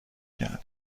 کرده